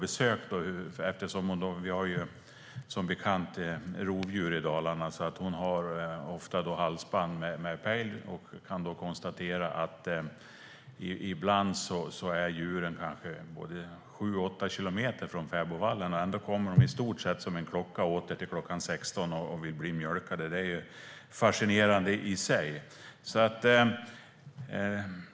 Jag frågade Tin när jag var på besök, och hon har ofta pejlhalsband på djuren och kan konstatera att de ibland är kanske sju åtta kilometer från fäbodvallen, men ändå kommer åter i stort sett som en klocka till kl. 16 och vill bli mjölkade. Det är fascinerande i sig.